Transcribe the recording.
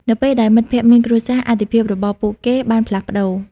នៅពេលដែលមិត្តភក្តិមានគ្រួសារ អាទិភាពរបស់ពួកគេបានផ្លាស់ប្តូរ។